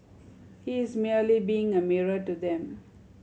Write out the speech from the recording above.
he is merely being a mirror to them